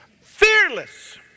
Fearless